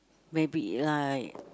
maybe like